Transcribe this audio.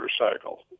motorcycle